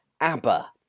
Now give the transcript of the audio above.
ABBA